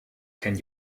can